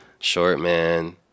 Shortman